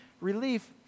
relief